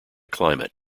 climate